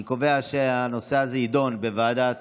אני קובע שהנושא הזה יידון בוועדת